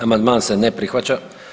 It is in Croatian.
Amandman se ne prihvaća.